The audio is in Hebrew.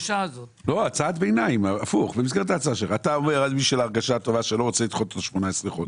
אתה אומר בשביל ההרגשה הטובה שלו לא רוצה לדחות ב-18 חודש.